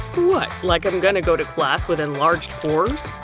what, like i'm gonna go to class with enlarged pores?